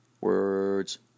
Words